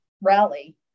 rally